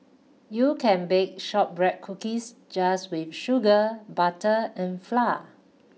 you can bake shortbread cookies just with sugar butter and flour